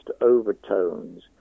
overtones